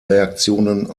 reaktionen